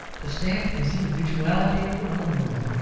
to stamp his individuality on the world,